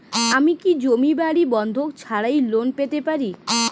আমি কি জমি বাড়ি বন্ধক ছাড়াই লোন পেতে পারি?